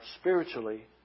spiritually